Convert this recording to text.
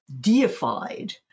deified